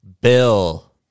Bill